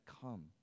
come